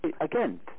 again